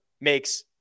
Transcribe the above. makes